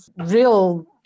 real